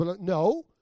No